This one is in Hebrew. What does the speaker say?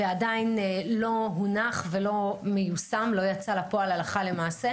ועדיין לא הונח ולא מיושם לא יצא לפועל הלכה למעשה.